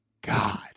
God